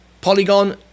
Polygon